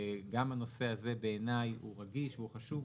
גם הנושא הזה בעיני הוא רגיש וחשוב,